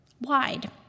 wide